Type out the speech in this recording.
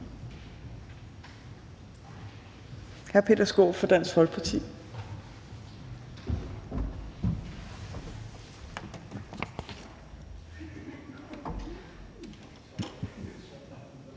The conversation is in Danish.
hr. Peter Skaarup fra Dansk Folkeparti.